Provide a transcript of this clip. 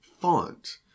font